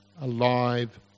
alive